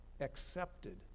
accepted